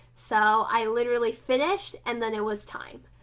so i literally finished and then it was time.